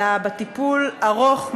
אלא על הטיפול הארוך,